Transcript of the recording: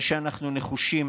ושאנחנו נחושים